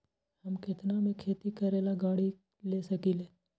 हम केतना में खेती करेला गाड़ी ले सकींले?